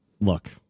Look